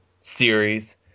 series